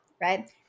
right